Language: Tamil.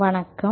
வணக்கம்